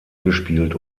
gespielt